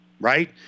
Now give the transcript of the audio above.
right